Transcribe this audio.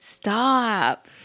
Stop